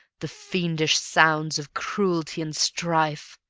the fiendish sounds of cruelty and strife,